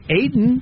Aiden